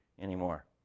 anymore